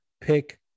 Pick